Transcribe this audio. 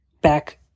back